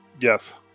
Yes